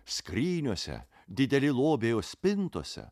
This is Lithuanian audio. skryniose dideli lobiai spintose